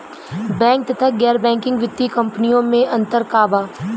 Bank तथा गैर banking वित्तीय कम्पनीयो मे अन्तर का बा?